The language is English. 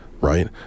right